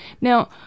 now